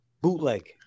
Bootleg